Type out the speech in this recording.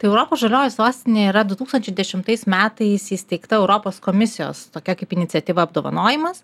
tai europos žalioji sostinė yra du tūkstančiai dešimtais metais įsteigta europos komisijos tokia kaip iniciatyva apdovanojimas